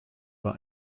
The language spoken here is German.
war